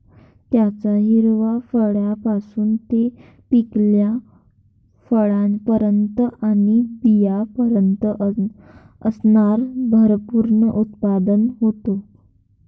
त्याच्या हिरव्या फळांपासून ते पिकलेल्या फळांपर्यंत आणि बियांपर्यंत अन्नात भरपूर उपयोग होतो